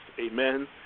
amen